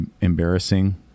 embarrassing